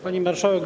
Pani Marszałek!